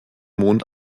mond